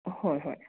ꯍꯣꯏ ꯍꯣꯏ